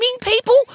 people